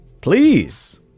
Please